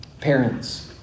Parents